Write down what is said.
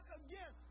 again